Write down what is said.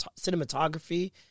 cinematography